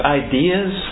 ideas